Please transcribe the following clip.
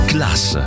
Class